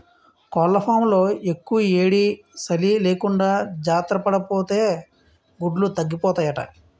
కోళ్లఫాంలో యెక్కుయేడీ, సలీ లేకుండా జార్తపడాపోతే గుడ్లు తగ్గిపోతాయట